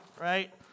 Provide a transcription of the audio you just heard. right